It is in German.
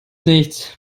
nichts